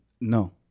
No